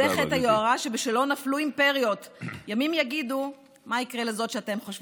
תודה רבה, גברתי.